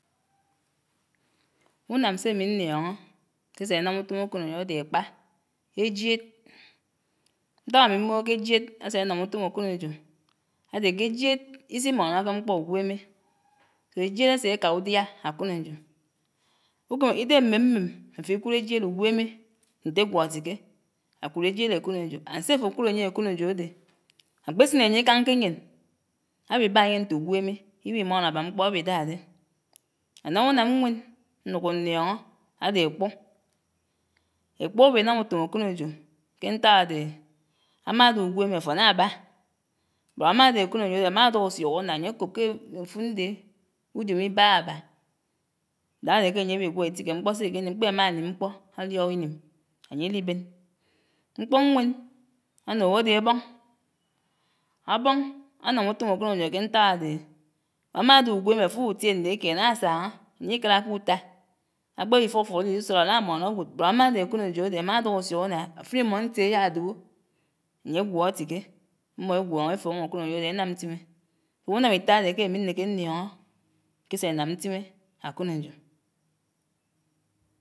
Unam sèh ámí ñnioñó késé ánam utòm akònòjò áde ákpá, èjied. ñtak ámi mmbògò k'èjied áse ánam utòm ákònòjò áde k'èjied ísi mónóké mkpó ugwèmè, èjied ásèka udiá akònòjò ídègè mmèmmèm áf'íkud èjied ugwèmè ñte ágwó átikè. Ákud èjied akònòjò and sé áfo ákud ányè akònòjò adè, ákpèsin ányè íkañ ke ayèn, áwibá áye ñte ugwèmè, íwimónó ábá mkpó, àwidà dè. Ánam unam ñwen ñukò ñioñó áde ékpu. Ékpu áwi nám utòm akònòjò ke nták ádegé ámadé ugwemé áfò nábá bot ámádé akònòjò ámáduk ásuk ána, áyekòb ke áfud ñde ujòm ibága ába, ídágá áde kè áye áwigwó ítíke mkpó sèkènim kpèrè áma nim mkpó áliok ínim, áye d'íben. Mkpó ñwen ánuñgó áde áboñ. Áboñ ánam utom akònòjò ke nták ádegè ámádé ugwemè áfo'uwogu utie ñde ked, án'ásaña àye ikáráke utá, ákpewí ifófóró urusóró árámónó agwòd bot ámáde akònòjò áde ámáduk asuk áná, áfr'imó ñtie áyadòbò, áye gwótiké, mmó égwóñó efuñó akònòjò áde énam ñtimè. Unam ítá áde ke ámi ñeke ñdióñó késé énam ñtimè ákònòjò.